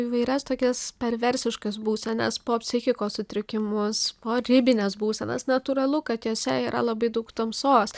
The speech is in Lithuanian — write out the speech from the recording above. įvairias tokias perversiškas būsenas po psichikos sutrikimus po ribines būsenas natūralu kad jose yra labai daug tamsos